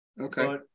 Okay